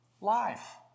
life